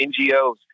NGOs